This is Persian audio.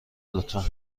لطفا